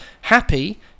happy